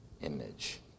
image